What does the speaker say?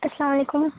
السلام علیکم